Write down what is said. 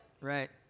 right